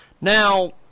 Now